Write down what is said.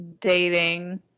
dating